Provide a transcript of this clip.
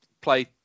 play